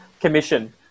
commission